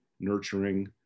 nurturing